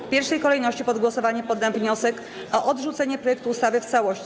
W pierwszej kolejności pod głosowanie poddam wniosek o odrzucenie projektu ustawy w całości.